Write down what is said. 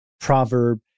proverb